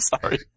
sorry